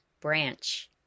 branch